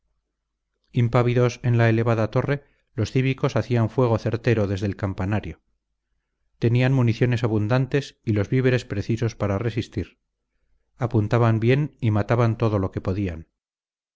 impávidos en la elevada torre los cívicos hacían fuego certero desde el campanario tenían municiones abundantes y los víveres precisos para resistir apuntaban bien y mataban todo lo que podían